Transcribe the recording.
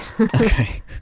Okay